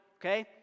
Okay